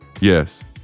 yes